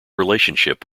relationship